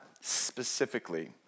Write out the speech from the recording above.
specifically